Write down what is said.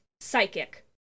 psychic